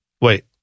Wait